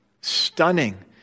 stunning